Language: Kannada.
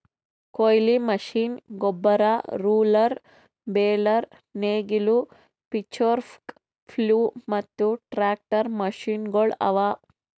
ಕೊಯ್ಲಿ ಮಷೀನ್, ಗೊಬ್ಬರ, ರೋಲರ್, ಬೇಲರ್, ನೇಗಿಲು, ಪಿಚ್ಫೋರ್ಕ್, ಪ್ಲೊ ಮತ್ತ ಟ್ರಾಕ್ಟರ್ ಮಷೀನಗೊಳ್ ಅವಾ